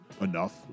enough